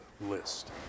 list